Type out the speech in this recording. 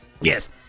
Yes